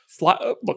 Look